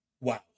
Wow